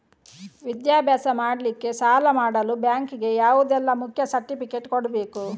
ವಿದ್ಯಾಭ್ಯಾಸ ಮಾಡ್ಲಿಕ್ಕೆ ಸಾಲ ಮಾಡಲು ಬ್ಯಾಂಕ್ ಗೆ ಯಾವುದೆಲ್ಲ ಮುಖ್ಯ ಸರ್ಟಿಫಿಕೇಟ್ ಕೊಡ್ಬೇಕು?